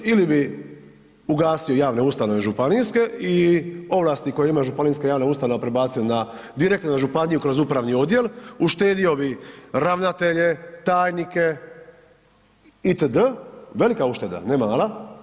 Ili bi ugasio javne ustanove županijske i ovlasti koje ima županijska javna ustanova prebacio na, direktno na županiju kroz upravni odjel, uštedio bi ravnatelje, tajnike itd., velika ušteda, ne mala.